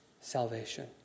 salvation